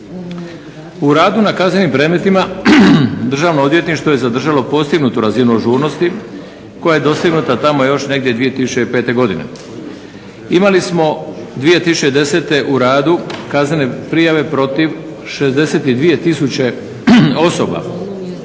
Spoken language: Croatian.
U radu na kaznenim predmetima Državno odvjetništvo je zadržalo posebnu razinu ažurnosti koja je dostignuta tamo negdje 2005. Imali smo 2010. u radu kaznene prijave protiv 62 tisuće osoba.